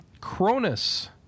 Cronus